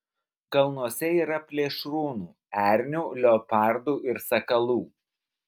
kalnuose yra plėšrūnų ernių leopardų ir sakalų